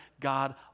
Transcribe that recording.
God